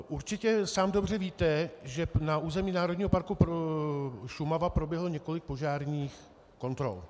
Určitě sám dobře víte, že na území Národního parku Šumava proběhlo několik požárních kontrol.